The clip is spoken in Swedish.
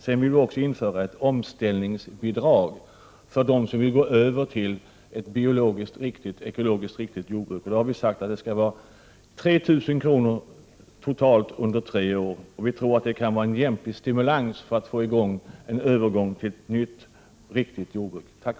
Sedan vill vi också införa ett omställningsbidrag för dem som vill gå över till ett ekologiskt riktigt jordbruk, och vi har sagt att det skall uppgå till 3 000 kr. totalt under tre år. Vi tror att det kan vara en lämplig stimulans när det gäller att få till stånd en övergång till ett nytt, riktigt jordbruk.